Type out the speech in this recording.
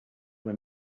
when